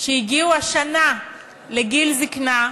שהגיעו השנה לגיל זיקנה,